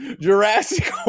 Jurassic